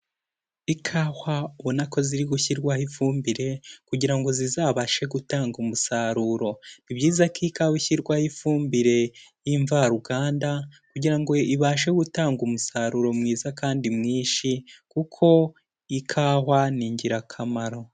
Ikahwa ubona ko ziri gushyirwaho ifumbire, kugira ngo zizabashe gutanga umusaruro. Ni byiza ko ikawa ishyirwaho ifumbire, y'imvaruganda, kugira ngo ibashe gutanga umusaruro mwiza kandi mwinshi, kuko ikawa ni ingirakamaro.